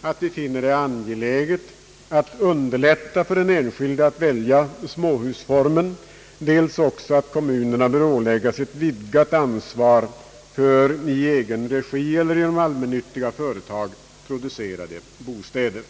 att vi finner det angeläget att underlätta för den enskilde att välja småhusformen, dels också att kommunerna bör åläggas ett vidgat ansvar för i egen regi eller genom allmännyttiga företag producerade bostäder.